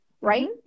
Right